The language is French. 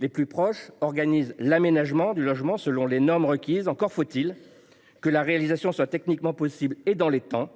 Les plus proches organisent l’aménagement du logement selon les normes requises. Encore faut il que la réalisation soit techniquement possible, dans les temps,